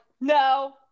no